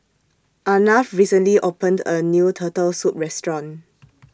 Arnav recently opened A New Turtle Soup Restaurant